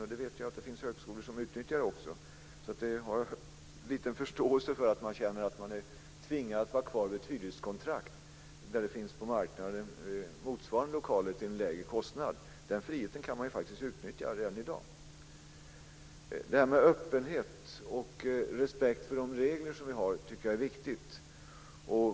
Jag vet att det finns högskolor som utnyttjar denna möjlighet också, så jag har liten förståelse för att man känner att man är tvingad att hålla fast vid ett hyreskontrakt om motsvarande lokaler finns på marknaden till en lägre kostnad. Den friheten kan man ju faktiskt utnyttja redan i dag. Öppenhet och respekt för de regler som vi har tycker jag är viktigt.